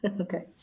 Okay